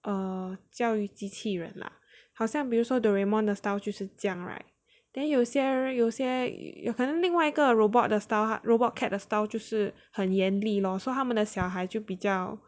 err 教育机器人 lah 好像比如说 Doraemon 的 style 就是这样 right then 有些人有些有可能另外一个 robot 的 style robot kept 的 style 就是很严厉 lor 所以他们的小孩就比较